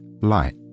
light